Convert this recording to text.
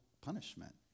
punishment